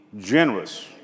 generous